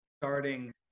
starting